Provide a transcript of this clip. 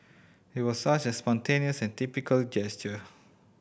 it was such a spontaneous and typical gesture